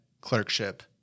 Clerkship